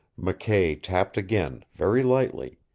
mckay tapped again, very lightly,